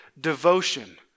devotion